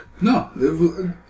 No